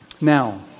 Now